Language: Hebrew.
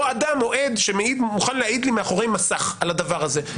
או אדם או עד שמוכן להעיד מאחורי מסך על הדבר הזה,